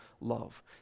love